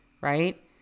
right